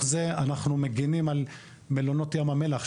זה אנחנו מגינים על מלונות ים המלח,